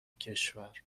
کشور